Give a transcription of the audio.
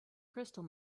crystal